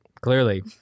clearly